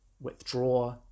withdraw